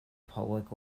public